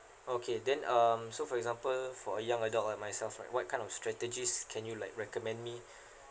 okay then um so for example for a young adult like myself right what kind of strategies can you like recommend me